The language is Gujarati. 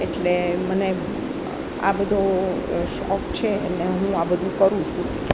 એટલે મને આ બધો એ શોખ છે અને હું આ બધું કરું છું